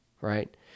right